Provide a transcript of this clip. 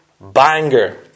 Banger